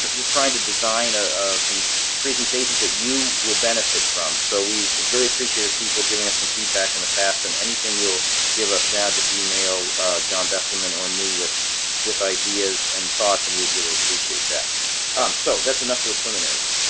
just trying to design a some presentations that you will benefit from so we've really appreciated people giving us some feedback in the past and anything you'll give us now just email john vessel and minore me with with ideas and thoughts and we would really appreciate that so that's enough of the plenaries